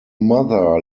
mother